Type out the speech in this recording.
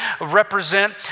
represent